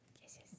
Yes